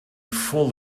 full